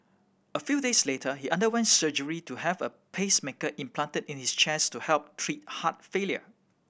a few days later he underwent surgery to have a pacemaker implanted in his chest to help treat heart failure